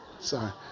sorry